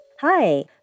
Hi